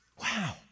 Wow